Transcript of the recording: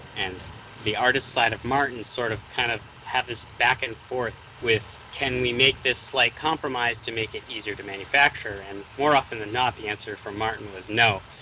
and the artist side of martin sort of, kind of have this back and forth with can we make this slight compromise to make it easier to manufacture? and more often than not the answer for martin was no.